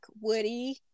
Woody